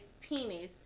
penis